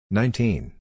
nineteen